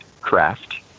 craft